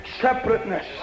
Separateness